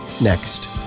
next